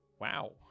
Wow